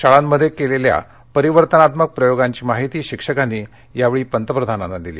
शाळांमध्ये केलेल्या परिवर्तनात्मक प्रयोगांची माहिती शिक्षकांनी यावेळी पंतप्रधानांना दिली